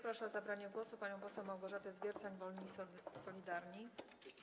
Proszę o zabranie głosu panią poseł Małgorzatę Zwiercan, Wolni i Solidarni.